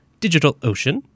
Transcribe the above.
DigitalOcean